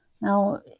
Now